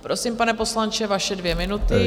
Prosím, pane poslanče, vaše dvě minuty.